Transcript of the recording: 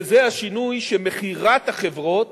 וזה השינוי שמכירת החברות,